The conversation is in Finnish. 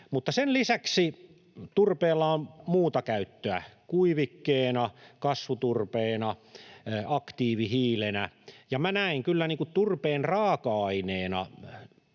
Sen lisäksi turpeella on muuta käyttöä kuivikkeena, kasvuturpeena, aktiivihiilenä. Minä näen kyllä turpeen raaka-aineena,